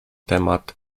temat